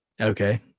Okay